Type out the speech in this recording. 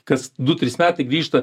kas du trys metai grįžta